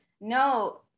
No